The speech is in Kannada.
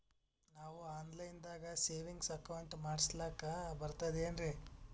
ನಾವು ಆನ್ ಲೈನ್ ದಾಗ ಸೇವಿಂಗ್ಸ್ ಅಕೌಂಟ್ ಮಾಡಸ್ಲಾಕ ಬರ್ತದೇನ್ರಿ?